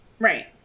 Right